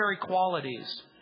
qualities